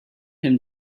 him